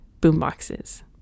boomboxes